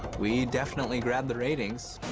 we definitely grabbed the ratings.